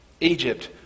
Egypt